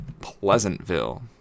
Pleasantville